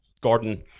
Gordon